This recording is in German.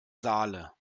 saale